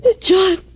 John